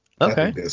Okay